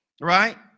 Right